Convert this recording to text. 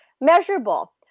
Measurable